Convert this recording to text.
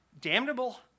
damnable